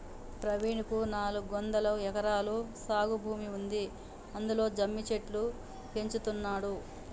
ప్రవీణ్ కు నాలుగొందలు ఎకరాల సాగు భూమి ఉంది అందులో జమ్మి చెట్లు పెంచుతున్నాడు